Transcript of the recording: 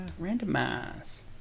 randomize